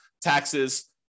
taxes